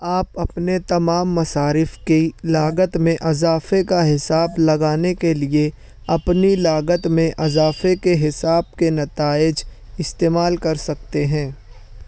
آپ اپنے تمام مصارف کی لاگت میں اضافے کا حساب لگانے کے لیے اپنی لاگت میں اضافے کے حساب کے نتائج استعمال کر سکتے ہیں